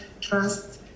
trust